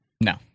No